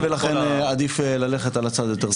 ולכן עדיף ללכת על הצד היותר בטוח.